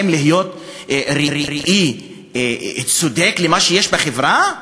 האם להיות ראי צודק למה שיש בחברה,